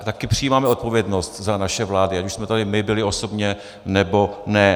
Taky přijímáme odpovědnost za naše vlády, ať už jsme tady my byli osobně, nebo ne.